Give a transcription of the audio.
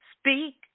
Speak